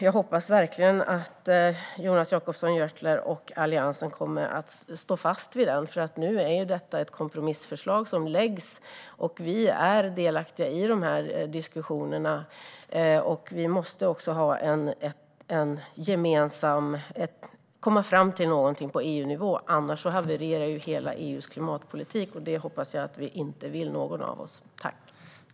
Jag hoppas verkligen att Jonas Jacobsson Gjörtler och Alliansen kommer att stå fast vid den. Nu är detta ett kompromissförslag som läggs fram. Vi är delaktiga i diskussionerna. Vi måste också komma fram till någonting på EU-nivå. Annars havererar EU:s hela klimatpolitik, och det hoppas jag att inte någon av oss vill.